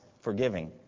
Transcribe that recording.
forgiving